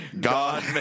God